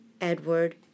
Edward